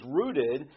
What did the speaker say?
rooted